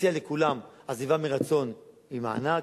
נציע לכולם עזיבה מרצון עם מענק,